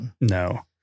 No